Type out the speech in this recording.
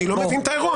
אני לא מבין את האירוע.